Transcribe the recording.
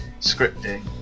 scripting